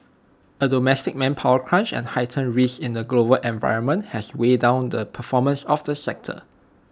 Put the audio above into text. A domestic manpower crunch and heightened risks in the global environment have weighed down the performance of the sector